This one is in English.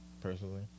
personally